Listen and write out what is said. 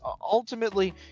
ultimately